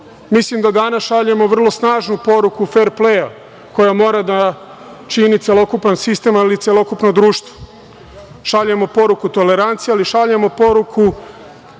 da danas šaljemo vrlo snažnu poruku ferpleja koja mora da čini celokupan sistem, ali i celokupno društvo. Šaljemo poruku tolerancije, ali šaljemo i poruku